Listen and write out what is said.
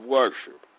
worship